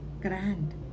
grand